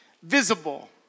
visible